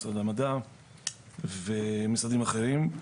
משרד המדע ומשרדים אחרים.